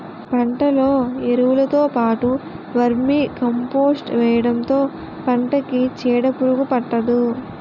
పంటలో ఎరువులుతో పాటు వర్మీకంపోస్ట్ వేయడంతో పంటకి చీడపురుగు పట్టదు